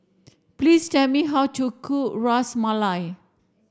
please tell me how to cook Ras Malai